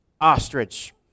Ostrich